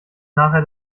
nachher